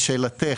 לשאלתך,